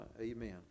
Amen